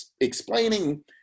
explaining